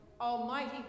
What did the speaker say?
almighty